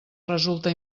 resulta